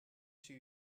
two